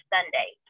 Sunday